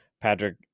Patrick